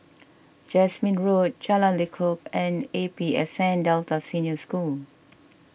Jasmine Road Jalan Lekub and A P S N Delta Senior School